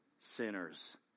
sinners